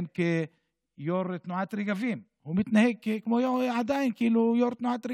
שהוא מתפקד כיו"ר תנועת רגבים,